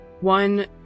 one